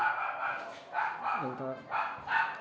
अन्त